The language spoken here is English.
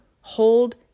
hold